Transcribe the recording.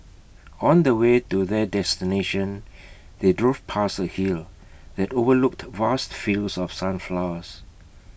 on the way to their destination they drove past A hill that overlooked vast fields of sunflowers